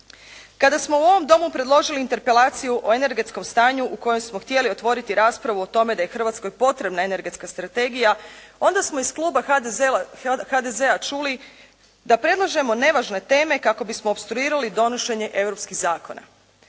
Kada smo u ovom Domu predložili interpelaciju o energetskom stanju u kojem smo htjeli otvoriti raspravu o tome da je Hrvatskoj potrebna energetska strategija, onda smo iz kluba HDZ-a čuli da predlažemo nevažne teme, kako bi smo opstruirali donošenje europskih zakona.